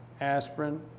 aspirin